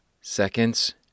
seconds